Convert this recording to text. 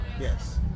Yes